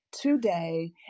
today